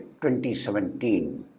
2017